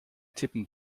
tippen